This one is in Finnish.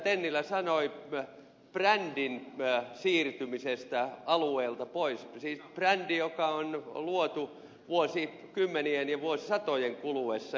tennilä sanoi brändin siirtymisestä alueelta pois siis brändin joka on luotu vuosikymmenien ja vuosisatojen kuluessa